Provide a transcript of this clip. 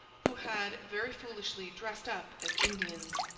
who had very foolishly dressed up as indians.